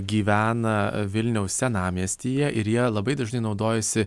gyvena vilniaus senamiestyje ir jie labai dažnai naudojasi